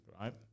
right